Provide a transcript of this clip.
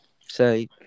say